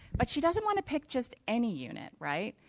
but she doesn't want to pick just any unit, right?